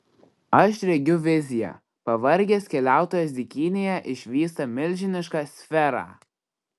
aš regiu viziją pavargęs keliautojas dykynėje išvysta milžinišką sferą